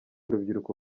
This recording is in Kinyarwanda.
urubyiruko